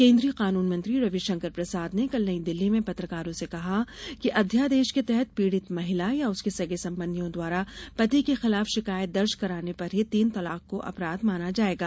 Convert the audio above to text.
केंद्रीय कानून मंत्री रविशंकर प्रसाद ने कल नई दिल्ली में पत्रकारों से कहा कि अध्यादेश के तहत पीड़ित महिला या उसके सगे संबंधियों द्वारा पति के खिलाफ शिकायत दर्ज कराने पर ही तीन तलाक को अपराध माना जाएगा